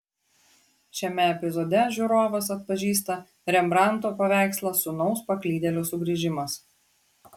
šiame epizode žiūrovas atpažįsta rembrandto paveikslą sūnaus paklydėlio sugrįžimas